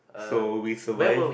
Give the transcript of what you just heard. so we survived